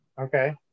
Okay